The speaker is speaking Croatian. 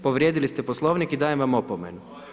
Povrijedili ste Poslovnik i dajem vam opomenu.